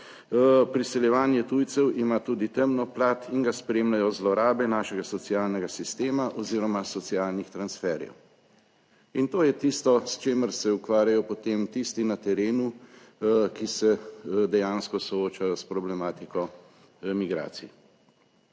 priseljevanje tujcev ima tudi temno plat in ga spremljajo zlorabe našega socialnega sistema oziroma socialnih transferjev. In to je tisto, s čimer se ukvarjajo potem tisti na terenu, ki se dejansko soočajo s problematiko migracij.